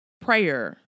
prayer